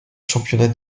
championnat